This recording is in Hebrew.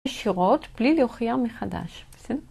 ישירות בלי להוכיח מחדש. בסדר?